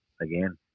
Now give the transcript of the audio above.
again